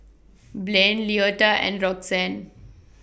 Blain Leota and Roxanne